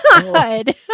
God